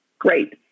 Great